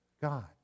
God